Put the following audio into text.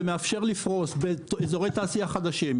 ומאפשר לפרוס באזורי תעשייה חדשים,